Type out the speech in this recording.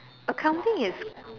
accounting is